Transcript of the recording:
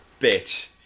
Bitch